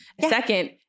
Second